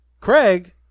Craig